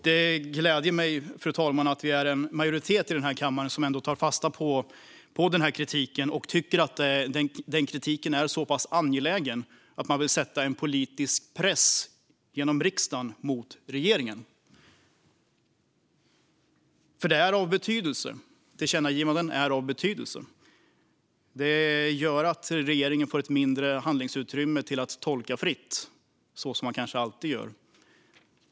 Det gläder mig, fru talman, att vi är en majoritet i den här kammaren som tar fasta på kritiken och tycker att den är så pass angelägen att man vill sätta en politisk press genom riksdagen mot regeringen. Tillkännagivanden är av betydelse. De gör att regeringen får ett mindre handlingsutrymme att tolka fritt, vilket kanske alltid görs.